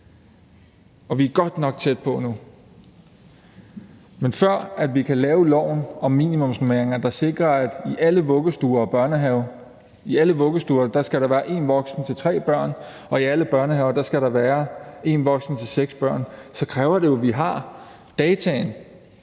Og vi er godt nok tæt på nu. Men før vi kan lave loven om minimumsnormeringer, der sikrer, at der i alle vuggestuer skal være en voksen til tre børn, og at der i alle børnehaver skal være en voksen til seks børn, så kræver det, at vi har data.